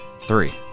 Three